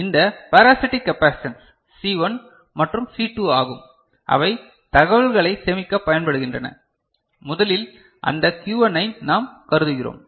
முதலில் இந்த parasitic capacitance C1 மற்றும் C2 ஆகும் அவை தகவல்களைச் சேமிக்கப் பயன்படுகின்றன முதலில் அந்த Q1 ஐ நாம் கருதுகிறோம்